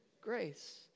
Grace